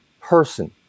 person